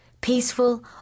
peaceful